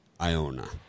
Iona